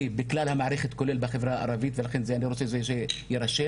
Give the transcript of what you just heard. בכלל המערכת כולל בחברה הערבית ולכן אני רוצה שזה ירשם.